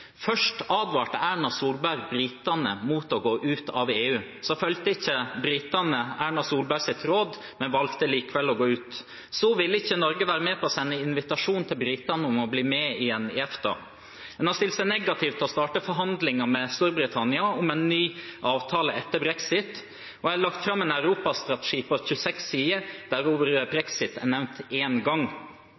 Først advarte Erna Solberg britene mot å gå ut av EU. Så fulgte ikke britene Erna Solbergs råd, men valgte likevel å gå ut. Så ville ikke Norge være med på å sende invitasjon til britene om å bli med i EFTA igjen. En har stilt seg negativ til å starte forhandlinger med Storbritannia om en ny avtale etter brexit, og en har lagt fram en europastrategi på 26 sider der ordet brexit er nevnt én gang.